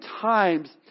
times